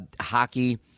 hockey